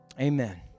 amen